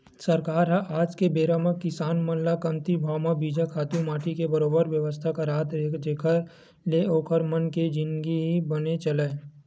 सरकार ह आज के बेरा म किसान मन ल कमती भाव म बीजा, खातू माटी के बरोबर बेवस्था करात हे जेखर ले ओखर मन के जिनगी बने चलय